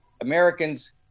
Americans